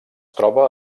troba